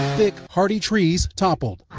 thick hardy trees toppled.